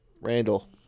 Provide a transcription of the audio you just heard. Randall